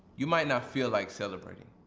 you might not feel like celebrating,